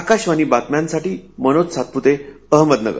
आकाशवाणी बातम्यासाठी मनोज सातपुते अहमदनगर